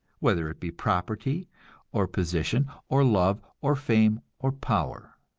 whether it be property or position or love or fame or power.